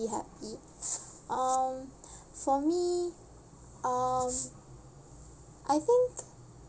happy um for me um I think